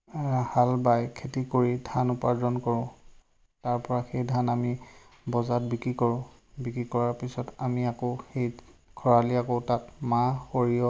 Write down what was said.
হাল বাই খেতি কৰি ধান উপাৰ্জন কৰোঁ তাৰপৰা সেই ধান আমি বজাৰত বিক্ৰী কৰোঁ বিক্ৰী কৰাৰ পিছত আমি আকৌ সেই খৰালি আকৌ তাত মাহ সৰিয়হ